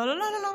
לא לא לא.